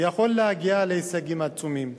הוא יכול להגיע להישגים עצומים.